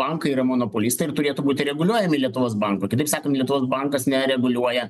bankai yra monopolistai ir turėtų būti reguliuojami lietuvos banko kitaip sakant lietuvos bankas nereguliuoja